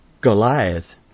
Goliath